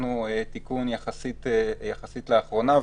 הכנסנו תיקון יחסית לאחרונה,